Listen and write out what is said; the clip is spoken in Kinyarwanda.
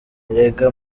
erega